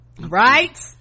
right